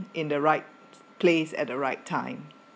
in the right place at the right time